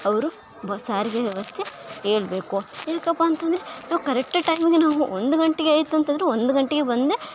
ಅವರು ಬ ಸಾರಿಗೆ ವ್ಯವಸ್ಥೆ ಹೇಳ್ಬೇಕು ಏಕಪ್ಪ ಅಂತಂದರೆ ನಾವು ಕರೆಕ್ಟ್ ಟೈಮಿಗೆ ನಾವು ಒಂದು ಗಂಟೆಗ್ ಆಯ್ತು ಅಂತಂದ್ರೆ ಒಂದು ಗಂಟೆಗೆ ಬಂದು